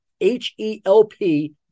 H-E-L-P